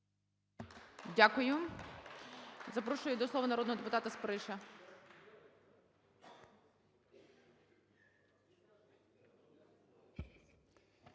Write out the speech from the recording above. Дякую. Запрошую до слова народного депутатаСпориша.